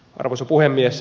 arvoisa puhemies